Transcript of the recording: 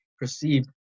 Perceived